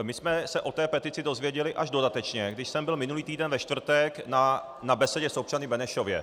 My jsme se o té petici dozvěděli až dodatečně, když jsem byl minulý týden ve čtvrtek na besedě s občany v Benešově.